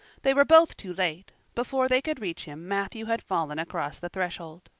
they were both too late before they could reach him matthew had fallen across the threshold.